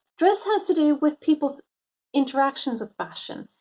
dress has to do with people's interactions with fashion.